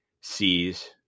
sees